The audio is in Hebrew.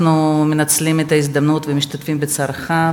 אנחנו מנצלים את ההזדמנות ומשתתפים בצערך,